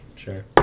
sure